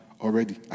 already